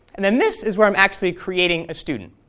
and then this is where i'm actually creating a student,